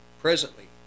presently